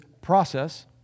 process